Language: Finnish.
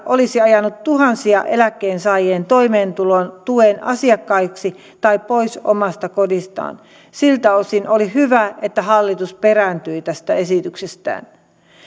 olisi ajanut tuhansia eläkkeensaajia toimeentulotuen asiakkaiksi tai pois omasta kodistaan siltä osin oli hyvä että hallitus perääntyi tästä esityksestään